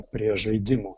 prie žaidimo